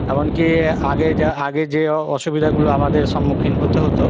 এমনকি আগে যা আগে যে অসুবিধাগুলো আমাদের সম্মুখীন হতে হতো